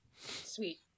Sweet